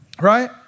Right